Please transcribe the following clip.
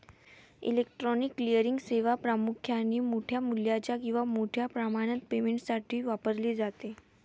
electronic clearing सेवा प्रामुख्याने मोठ्या मूल्याच्या किंवा मोठ्या प्रमाणात पेमेंटसाठी वापरली जाते